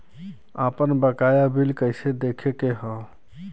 आपन बकाया बिल कइसे देखे के हौ?